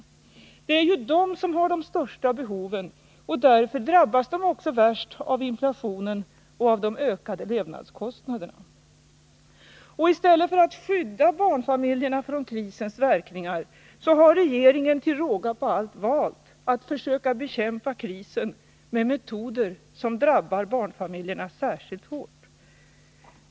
Det är ju de som har de största behoven, och därför drabbas de också värst av inflationen och av de ökade levnadsomkostnaderna. I stället för att skydda barnfamiljerna från krisens verkningar har regeringen till råga på allt valt att försöka bekämpa krisen med metoder som drabbar barnfamiljerna särskilt hårt.